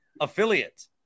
affiliate